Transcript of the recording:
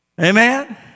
Amen